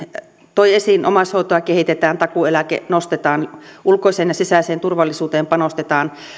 toi esiin omaishoitoa kehitetään takuueläke nostetaan ulkoiseen ja sisäiseen turvallisuuteen panostetaan